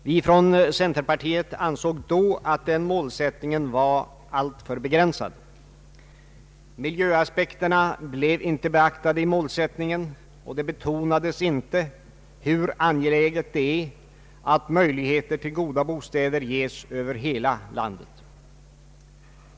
Vi från centerpartiet ansåg då att den målsättningen var alltför begränsad. Miljöaspekterna blev inte beaktade i målsättningen, och det betonades inte hur angeläget det är att möjligheter till goda bostäder ges över hela landet.